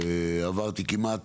עברתי כמעט